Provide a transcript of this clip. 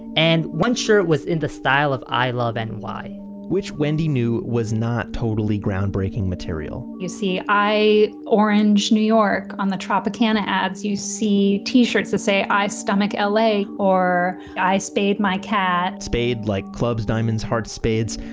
and one shirt was in the style of i love and ny which wendy knew was not totally groundbreaking material you see i orange new york on the tropicana ads. you see t-shirts that say, i stomach l a. or i spade my cat spade like clubs, diamonds, hearts, spades.